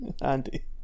andy